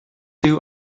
two